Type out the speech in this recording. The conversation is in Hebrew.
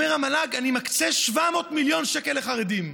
המל"ג אומר: אני מקצה 700 מיליון שקל לחרדים.